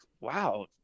wow